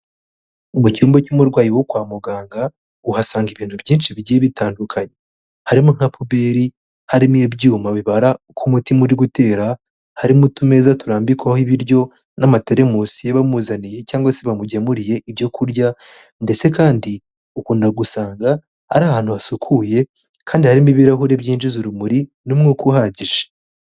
Mu cyumba cy'umurwayi wo kwa muganga, uhasanga ibintu byinshi bigiye bitandukanye. Harimo nka puberi, harimo ibyuma bibara uko umutima uri gutera, harimo utumeza turambikwaho ibiryo n'amateremusi y'abamuzaniye cyangwa se bamugemuriye ibyo kurya ndetse kandi ukunda gusanga ari ahantu hasukuye kandi harimo ibirahuri byinjiza urumuri n'umwuka uhagije.